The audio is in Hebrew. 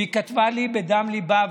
והיא כתבה לי בדם ליבה,